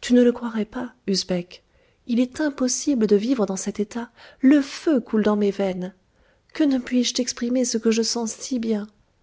tu ne le croirais pas usbek il est impossible de vivre dans cet état le feu coule dans mes veines que ne puis-je t'exprimer ce que je sens si bien